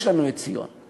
יש לנו את ציון.